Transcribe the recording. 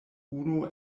unu